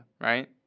Right